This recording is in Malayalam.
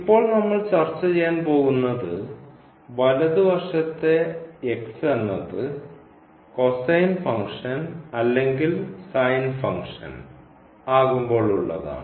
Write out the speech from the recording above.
ഇപ്പോൾ നമ്മൾ ചർച്ച ചെയ്യാൻ പോകുന്നത് വലതുവശത്തെ എന്നത് കോസൈൻ ഫംഗ്ഷൻ അല്ലെങ്കിൽ സൈൻ ഫംഗ്ഷൻ ആകുമ്പോൾ ഉള്ളതാണ്